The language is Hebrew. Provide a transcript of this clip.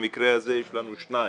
במקרה הזה יש לנו שניים,